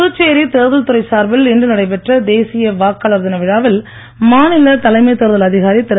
புதுச்சேரி தேர்தல் துறை சார்பில் இன்று நடைபெற்ற தேசிய வாக்காளர் தினவிழாவில் மாநில தலைமை தேர்தல் அதிகாரி திரு